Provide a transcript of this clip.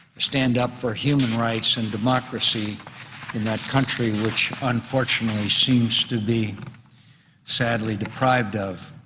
stand up for human rights and democracy in that country which unfortunately seems to be sadly deprived of.